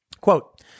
Quote